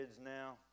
now